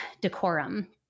decorum